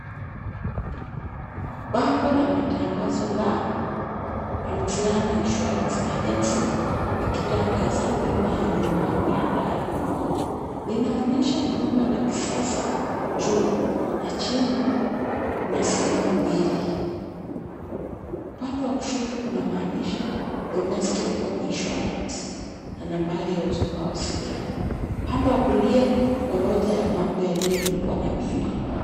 Bango la matangazo la Anziano Insurance Agency, likitangaza bima ya nyumbani ya ndani. Linaonyesha jumba la kisasa juu na chini, kuna sehemu mbili. Upande wa kushoto kuna maandishi Domestic home insurance na nambari ya mawasiliano. Upande wa kulia, orodha ya mambo yaliyolipwa na bima.